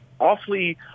awfully